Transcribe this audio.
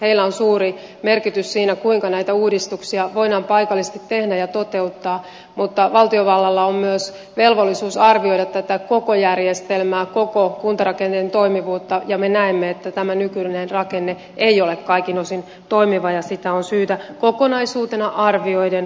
heillä on suuri merkitys siinä kuinka näitä uudistuksia voidaan paikallisesti tehdä ja toteuttaa mutta valtiovallalla on myös velvollisuus arvioida tätä koko järjestelmää koko kuntarakenteen toimivuutta ja me näemme että tämä nykyinen rakenne ei ole kaikin osin toimiva ja sitä on syytä kokonaisuutena arvioiden suunnitelmallisesti uudistaa